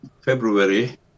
February